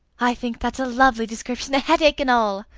i think that's a lovely description, headache and all!